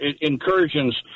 incursions